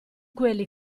quelli